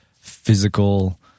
physical